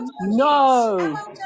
No